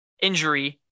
injury